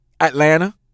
Atlanta